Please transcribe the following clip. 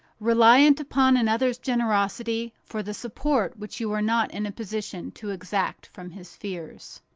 reliant upon another's generosity for the support which you are not in a position to exact from his fears.